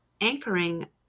anchoring